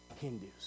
Hindus